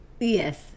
yes